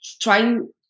trying